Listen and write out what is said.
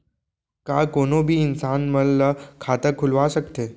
का कोनो भी इंसान मन ला खाता खुलवा सकथे?